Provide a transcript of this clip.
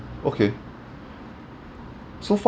okay so fa~